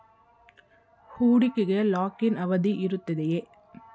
ಹೂಡಿಕೆಗೆ lock in ಅವಧಿ ಇರುತ್ತದೆಯೇ?